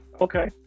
Okay